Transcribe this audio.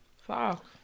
Fuck